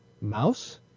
Mouse